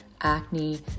acne